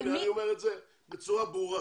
הנה, אני אומר את זה בצורה ברורה.